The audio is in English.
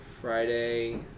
Friday